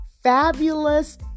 fabulous